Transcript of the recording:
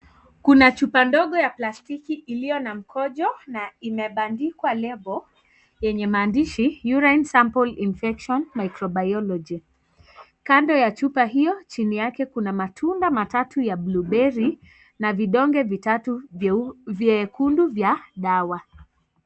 Kuna chupa ndogo ya plastiki iliyo na mkojo na imepandikwa lebo yenye maandishi (CS)urine sample infection microbiology(CS ),kando ya chupa hiyo chini yake kuna matunda matatu ya (CS)blueberry(CS)na vidonge vitatu vyekundu vya dawa.